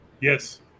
Yes